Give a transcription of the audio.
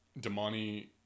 Damani